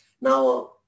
Now